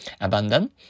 abandon